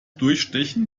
durchstechen